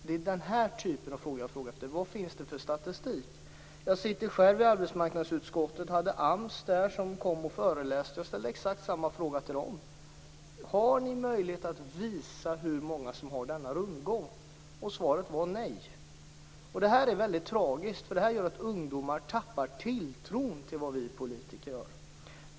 Vad jag frågar efter är alltså vad det finns för statistik. Jag sitter själv med i arbetsmarknadsutskottet. Representanter för AMS har varit där och föreläst, och jag ställde exakt samma fråga till dem: Har ni möjlighet att visa hur många som finns i denna rundgång? Svaret blev nej. Detta är väldigt tragiskt. Det gör ju att ungdomar tappar tilltron till vad vi politiker gör.